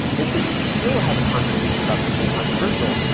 and so you'd still have a conversation about something controversial,